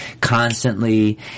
constantly